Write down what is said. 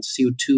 CO2